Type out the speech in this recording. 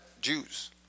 Jews